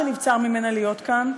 שנבצר ממנה להיות כאן,